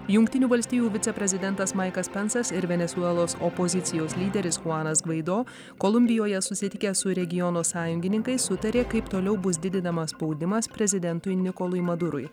jungtinių valstijų viceprezidentas maikas pensas ir venesuelos opozicijos lyderis chuanas gvaido kolumbijoje susitikęs su regiono sąjungininkais sutarė kaip toliau bus didinamas spaudimas prezidentui nikolui madurui